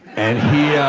and he.